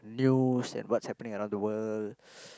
news and what's happening around the world